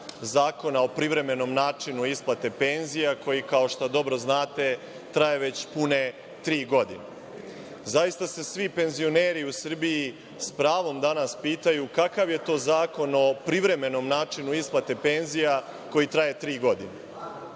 Zakona o privremenom načinu isplate penzija, koji, kao što dobro znate, traje već pune tri godine. Zaista se svi penzioneri u Srbiji s pravom danas pitaju kakav je to Zakon o privremenom načinu isplate penzija koji traje tri godine.